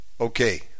Okay